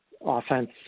offense